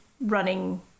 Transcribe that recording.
running